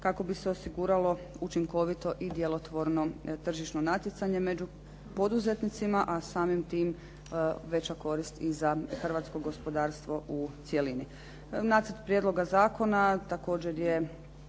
kako bi se osiguralo učinkovito i djelotvorno tržišno natjecanje među poduzetnicima, a samim time veća korist i za hrvatsko gospodarstvo u cjelini. Nacrt prijedloga zakona također je